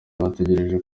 bategereje